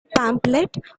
pamphlet